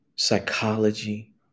Psychology